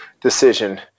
decision